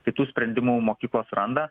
kitų sprendimų mokyklos randa